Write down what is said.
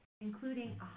including